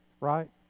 right